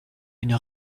une